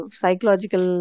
psychological